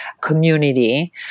community